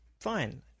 fine